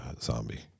zombie